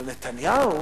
עכשיו, נתניהו